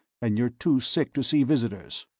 and you're too sick to see visitors.